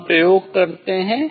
हम प्रयोग करते हैं